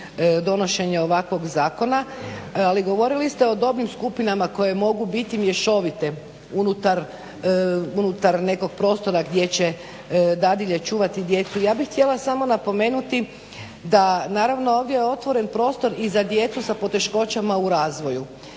donošenje ovakvog zakona. Ali govorili ste o dobnim skupinama koje mogu biti mješovite unutar nekog prostora gdje će dadilje čuvati djecu. Ja bih htjela samo napomenuti da je ovdje otvoren prostor i za djecu sa poteškoćama u razvoju